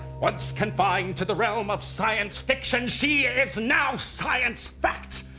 once confined to the realm of science fiction, she is now science fact!